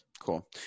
Cool